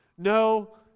No